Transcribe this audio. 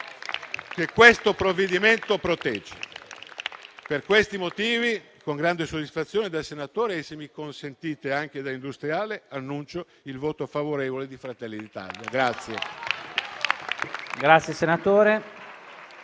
che questo provvedimento protegge. Per questi motivi, con grande soddisfazione da senatore e - se me lo consentite - anche da industriale, annuncio il voto favorevole di Fratelli d'Italia.